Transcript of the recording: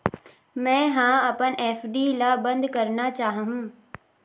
मेंहा अपन एफ.डी ला बंद करना चाहहु